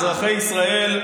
אזרחי ישראל,